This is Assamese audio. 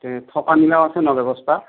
তে থকা মেলাও আছে ন ব্যৱস্থা